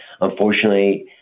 unfortunately